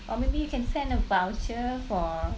or maybe you can send a voucher for